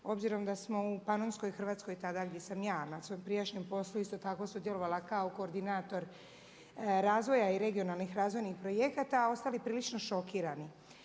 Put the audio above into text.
obzirom da smo u Panonskoj Hrvatskoj tada gdje sam ja na svom prijašnjem poslu isto tako sudjelovala kao koordinator razvoja i regionalnih razvojnih projekata ostali prilično šokirani.